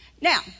Now